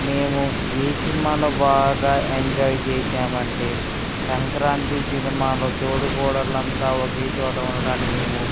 మేము ఏ సినిమాను బాగా ఎంజాయ్ చేశామంటే సంక్రాంతి సినిమాలో తోటి కోడళ్ళు అంతా ఒకే చోట ఉండడాన్నిమేము